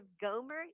Gomer